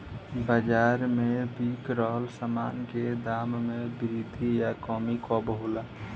बाज़ार में बिक रहल सामान के दाम में वृद्धि या कमी कब होला?